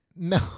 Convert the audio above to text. No